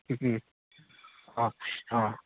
हुँ हुँ हँ हँ